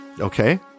Okay